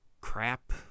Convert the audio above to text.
crap